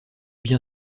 bien